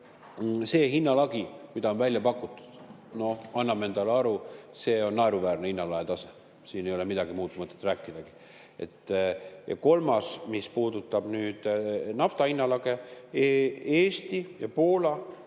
see hinnalagi, mida on välja pakutud – noh, anname endale aru, see on naeruväärne hinnalae tase, siin ei ole midagi muud mõtet rääkidagi. Ja kolmas, mis puudutab nafta hinna lage. Eesti ja Poola